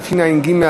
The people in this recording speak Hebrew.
התשע"ג 2013,